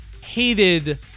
hated